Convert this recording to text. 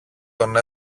τον